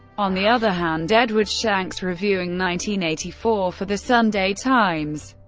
on the other hand, edward shanks, reviewing nineteen eighty-four for the sunday times,